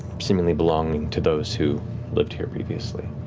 seemingly belonging to those who lived here previously.